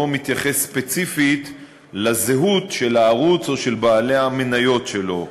לא מתייחס ספציפית לזהות של הערוץ או של בעלי המניות שלו.